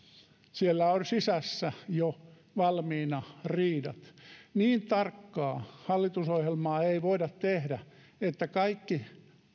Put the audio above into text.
siellä on sisässä jo valmiina riidat niin tarkkaa hallitusohjelmaa ei voida tehdä että kaikki